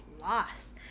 lost